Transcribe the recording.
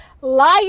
Liar